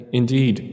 indeed